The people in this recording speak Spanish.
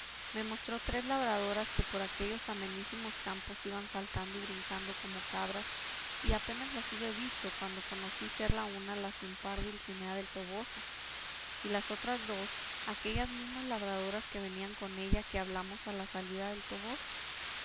me mostró tres labradoras que por aquellos amenísimos campos iban saltando y brincando como cabras y apenas las hube visto cuando conocí ser la una la sin par dulcinea del toboso y las otras dos aquellas mismas labradoras que venían con ella que hablamos a la salida del toboso